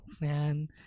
Man